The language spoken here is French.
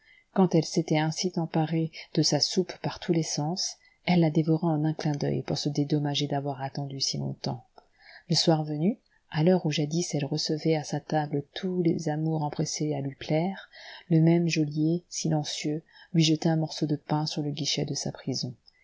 quand elle s'était ainsi emparée de sa soupe par tous les sens elle la dévorait en un clin d'oeil pour se dédommager d'avoir attendu si longtemps le soir venu à l'heure où jadis elle recevait à sa table tous les amours empressés à lui plaire le même geôlier silencieux lui jetait un morceau de pain par le guichet de sa prison